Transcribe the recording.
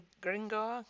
Gringo